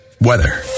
weather